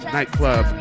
Nightclub